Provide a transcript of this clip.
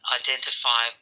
identify